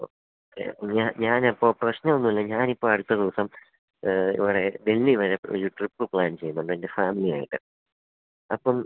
okay ഞാനപ്പോള് പ്രശ്നമൊന്നുമില്ല ഞാനിപ്പോള് അടുത്ത ദിവസം ഇവിടെ ദില്ലി വരെ ഒരു ട്രിപ്പ് പ്ലാൻ ചെയ്യുന്നുണ്ട് എന്റെ ഫാമിലിയുമായിട്ട് അപ്പം